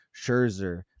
Scherzer